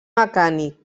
mecànic